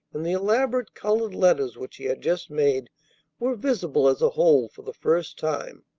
and the elaborate colored letters which he had just made were visible as a whole for the first time.